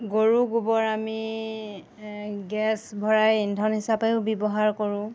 গৰু গোবৰ আমি গেছ ভৰাই ইন্ধন হিচাপেও ব্যৱহাৰ কৰোঁ